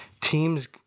teams